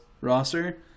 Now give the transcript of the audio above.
roster